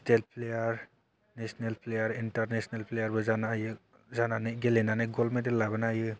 state player national player international प्लेयारबो जानो हायो जानानै गेलेनानै गल्ड मेडेल लाबोनो हायो